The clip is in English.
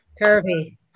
Curvy